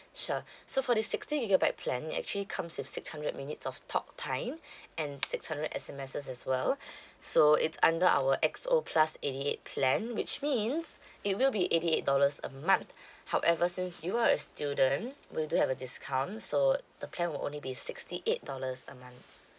sure so for the sixty gigabyte plan it actually comes with six hundred minutes of talktime and six hundred S_M_Ss as well so it's under our X O plus eighty eight plan which means it will be eighty eight dollars a month however since you are a student we do have a discount so the plan will only be sixty eight dollars a month